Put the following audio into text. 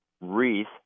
wreath